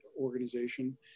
organization